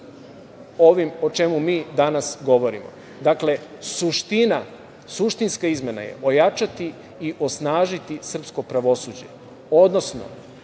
ovim o čemu mi danas govorimo? Dakle, suština, suštinska izmena je ojačati i osnažiti srpsko pravosuđe, odnosno